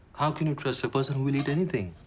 how can you trust a person who will eat anything?